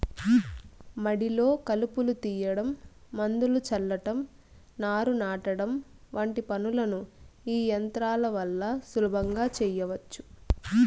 మడిలో కలుపును తీయడం, మందును చల్లటం, నారును నాటడం వంటి పనులను ఈ యంత్రాల వల్ల సులభంగా చేయచ్చు